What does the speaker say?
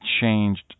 changed